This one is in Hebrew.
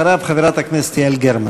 אחריו, חברת הכנסת יעל גרמן.